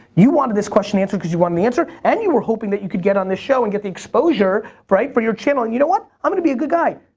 you wanted this question answered cause you wanted an answer and you were hoping that you could get on this show and get the exposure, right, for your channel. and you know what? i'm gonna be a good guy,